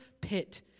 pit